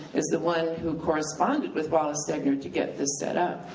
is the one who corresponded with wallace stegner to get this set up.